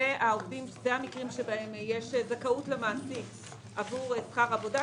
אלה המקרים שבהם יש זכאות למעסיק עבור שכר עבודה.